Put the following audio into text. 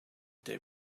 they